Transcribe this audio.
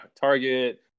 Target